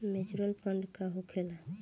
Mutual fund का होखेला?